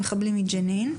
המחבלים מג'נין,